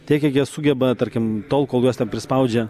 tiek kiek jie sugeba tarkim tol kol juos ten prispaudžia